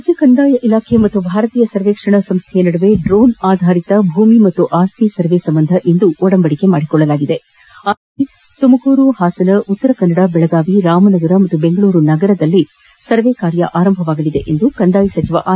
ರಾಜ್ಯ ಕಂದಾಯ ಇಲಾಖೆ ಮತ್ತು ಭಾರತೀಯ ಸರ್ವೇಕ್ಷಣಾ ಸಂಸ್ಥೆಯ ನದುವೆ ಡ್ರೋನ್ ಆಧಾರಿತ ಭೂಮಿ ಮತ್ತು ಅಸ್ತಿ ಸರ್ವೆ ಸಂಬಂಧ ಇಂದು ಒಡಂಬಡಿಕೆ ಮಾಡಿಕೊಳ್ಳಲಾಗಿದೆ ಆರಂಭಿಕ ಹಂತವಾಗಿ ತುಮಕೂರು ಹಾಸನ ಉತ್ತರಕನ್ನಡ ಬೆಳಗಾವಿ ರಾಮನಗರ ಹಾಗೂ ಬೆಂಗಳೂರು ನಗರದಲ್ಲಿ ಸರ್ವೆ ಕಾರ್ಯ ಆರಂಭವಾಗಲಿದೆ ಎಂದು ಕಂದಾಯ ಸಚಿವ ಆರ್